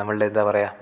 നമ്മളുടെ എന്താ പറയുക